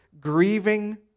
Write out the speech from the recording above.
grieving